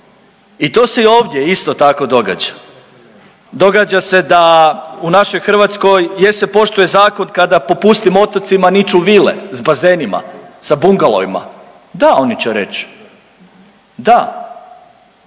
I to se i ovdje isto tako događa. Događa se da u našoj Hrvatskoj jer se poštuje zakon kada po pustim otocima niču vile s bazenima, sa bungalovima. Da, oni će reći. Da.